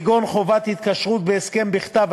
כגון חובת התקשרות בהסכם בכתב,